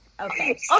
Okay